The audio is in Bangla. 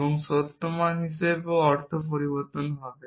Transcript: এবং সত্য মান হিসাবে অর্থও পরিবর্তন হবে